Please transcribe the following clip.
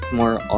more